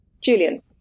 Julian